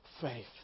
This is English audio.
faith